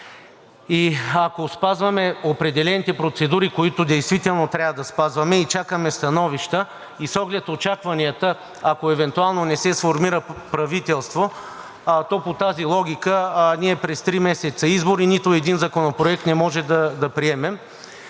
и ако спазваме определените процедури, които действително трябва да спазваме, и чакаме становища, и с оглед на очакванията, ако евентуално не се сформира правителство, то по тази логика ние през три месеца избори – нито един законопроект не може да приемем.